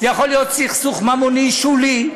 זה יכול להיות סכסוך ממוני שולי.